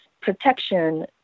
protection